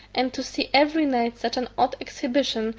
and to see every night such an odd exhibition,